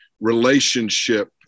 relationship